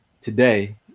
today